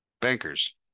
bankers